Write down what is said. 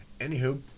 Anywho